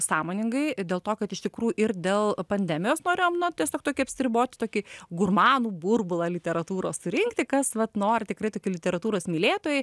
sąmoningai dėl to kad iš tikrų ir dėl pandemijos norėjom nu tiesiog tokį apsiriboti tokį gurmanų burbulą literatūros surinkti kas vat nori tikrai tokie literatūros mylėtojai